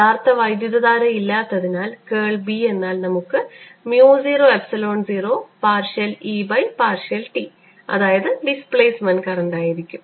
യഥാർത്ഥ വൈദ്യുതധാര ഇല്ലാത്തതിനാൽ കേൾ B എന്നാൽ നമുക്ക് mu 0 epsilon 0 partial E by partial t അതായത് ഡിസ്പ്ലേസ്മെൻറ് കറൻറ് ആയിരിക്കും